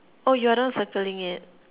oh you are the one circling it